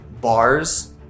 bars